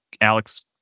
Alex